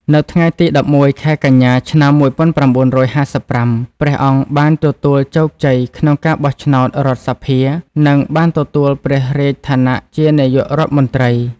នៅថ្ងៃទី១១ ខែកញ្ញា ឆ្នាំ១៩៥៥ ព្រះអង្គបានទទួលជោគជ័យក្នុងការបោះឆ្នោតរដ្ឋសភា និងបានទទួលព្រះរាជឋានៈជានាយករដ្ឋមន្ត្រី។